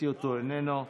איננו,